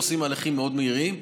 עושים מהלכים מאוד מהירים.